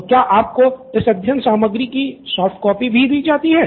तो क्या आपको इस अध्ययन सामग्री की सॉफ्ट कॉपी भी दी जाती है